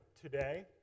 today